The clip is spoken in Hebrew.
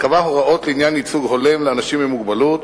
קבע הוראות לעניין ייצוג הולם לאנשים עם מוגבלות.